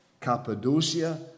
Cappadocia